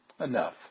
enough